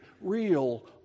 real